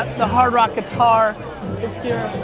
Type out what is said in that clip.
the hard rock guitar is here.